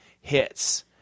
hits